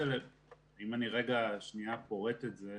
אם אני רגע פורט את זה,